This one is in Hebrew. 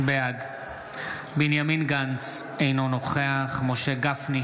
בעד בנימין גנץ, אינו נוכח משה גפני,